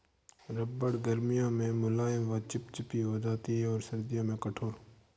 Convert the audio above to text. रबड़ गर्मियों में मुलायम व चिपचिपी हो जाती है और सर्दियों में कठोर